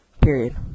period